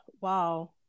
Wow